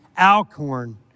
Alcorn